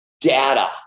data